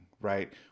right